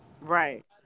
Right